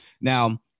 Now